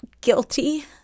guilty